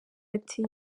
ati